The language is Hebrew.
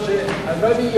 "אינשאללה" זה אם ירצה השם.